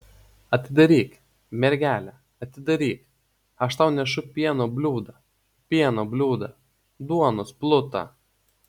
atidaryk mergele atidaryk aš tau nešu pieno bliūdą pieno bliūdą duonos plutą